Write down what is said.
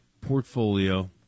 portfolio